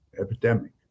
epidemic